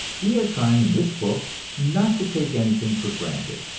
we are trying in this book not to take anything for granted,